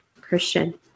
christian